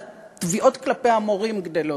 התביעות כלפי המורים גדלות.